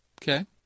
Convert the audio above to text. Okay